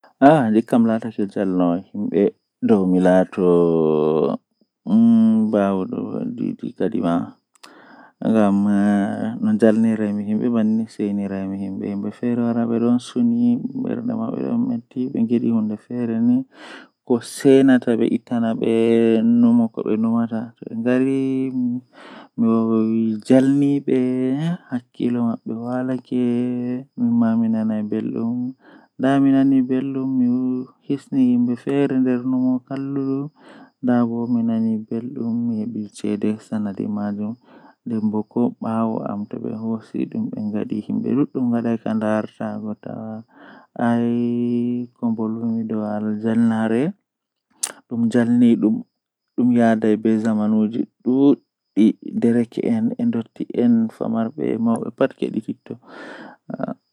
Ahawta ayon malla woggirgel ma haa hiite to hiite man wuli masin sei a hhosa kare ma aweita atokka nyo'ugo kare man, Adon nyobba dum ado nyo'a atawan kare man don walta atagga dum no ayidi haa atimmina woggago.